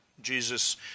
Jesus